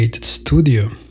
studio